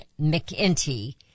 McInty